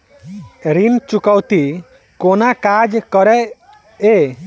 ऋण चुकौती कोना काज करे ये?